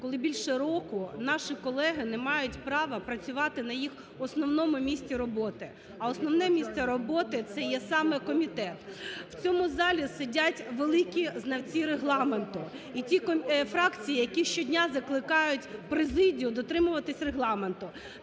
коли більше року наші колеги не мають права працювати на їх основному місці роботи. А основне місце роботи це є саме комітет. В цьому залі сидять великі знавці Регламенту і ті фракції, які щодня закликають президію дотримуватися Регламенту.